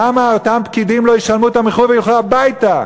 למה אותם פקידים לא ישלמו את המחיר וילכו הביתה?